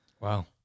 Wow